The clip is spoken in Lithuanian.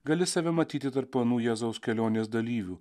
gali save matyti tarp anų jėzaus kelionės dalyvių